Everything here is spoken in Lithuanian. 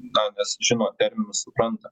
na nes žinot terminus supranta